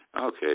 Okay